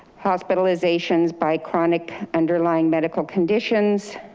hospitalizations by chronic underlying medical conditions,